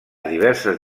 diverses